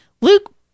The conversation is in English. Luke